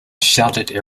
sheltered